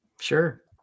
Sure